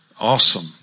awesome